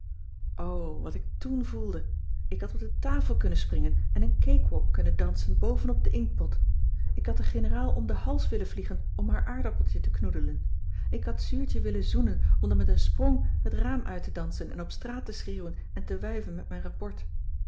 wat ik toèn voelde ik had op de tafel kunnen springen en een cakewalk kunnen dansen boven op de inktpot ik had de generaal om de hals willen vliegen om haar aardappeltje te knoedelen ik had zuurtje willen zoenen om dan met een sprong het raam uit te dansen en op straat te schreeuwen en te wuiven met mijn rapport